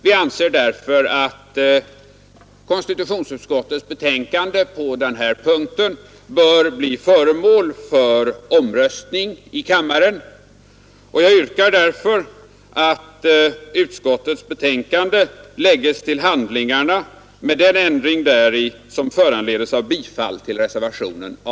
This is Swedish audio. Vi anser därför att konstitutionsutskottets betänkande på denna punkt bör bli föremål för omröstning i kammaren. Jag yrkar alltså att utskottets betänkande lägges till handlingarna med den ändring däri som föranledes av bifall till reservationen A.